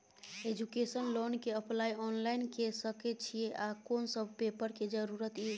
Education loan के apply online के सके छिए आ कोन सब पेपर के जरूरत इ?